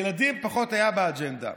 ילדים פחות היו באג'נדה.